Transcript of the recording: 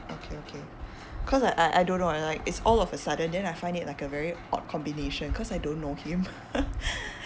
okay okay cause I I don't know like it's all of a sudden then I find it like a very odd combination cause I don't know him